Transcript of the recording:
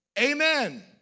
amen